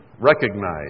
recognize